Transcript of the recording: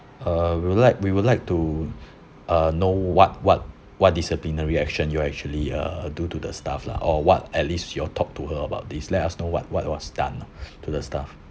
uh we will like we would like to uh know what what what disciplinary action you actually uh do to the staff lah or what at least you will talk to her about this let us know what what was done ah to the staff